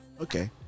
Okay